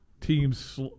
teams